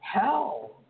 hell